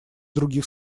других